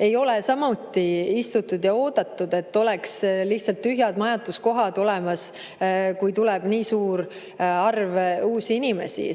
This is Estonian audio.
ei ole samuti istutud ega oodatud, et oleks lihtsalt tühjad majutuskohad olemas, kui tuleb nii suur arv uusi inimesi.